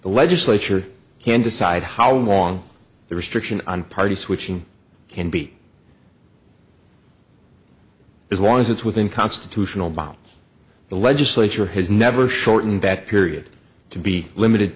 the legislature can decide how long the restriction on party switching can be as long as it's within constitutional bounds the legislature has never shortened that period to be limited